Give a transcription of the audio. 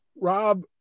rob